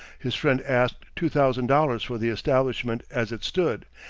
his friend asked two thousand dollars for the establishment as it stood,